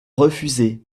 refusé